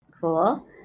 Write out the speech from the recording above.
cool